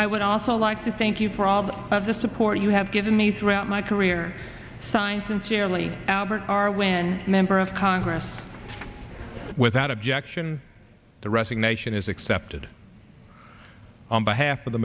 i would also like to thank you for all of the support you have given me throughout my career signs and generally are when a member of congress without objection the resignation is accepted on behalf of the